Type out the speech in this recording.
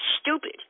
stupid